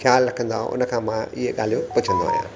ख़्यालु रखंदो आहे हुन खां मां इहे ॻाल्हियूं पुछंदो आहियां